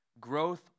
Growth